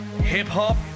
Hip-hop